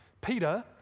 Peter